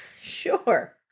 Sure